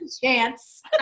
chance